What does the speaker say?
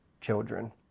children